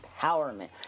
empowerment